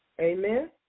Amen